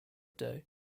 day